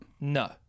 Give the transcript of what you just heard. No